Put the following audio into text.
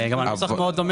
גם הנוסח מאוד דומה,